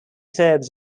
serbs